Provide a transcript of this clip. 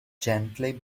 gently